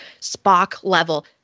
Spock-level